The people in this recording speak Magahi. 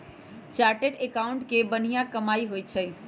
चार्टेड एकाउंटेंट के बनिहा कमाई होई छई